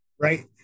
Right